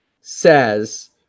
says